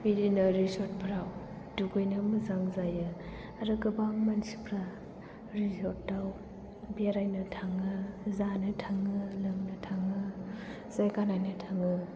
बिदिनो रिज'र्ट फोराव दुगैनो मोजां जायो आरो गोबां मानसिफोरा रिज'र्ट आव बेरायनो थाङो जानो थाङो लोंनो थाङो जायगा नायनो थाङो